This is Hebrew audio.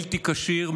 בלתי כשיר,